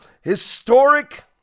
historic